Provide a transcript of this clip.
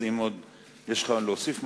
אז אם יש לך עוד להוסיף משהו,